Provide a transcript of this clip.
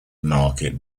market